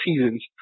seasons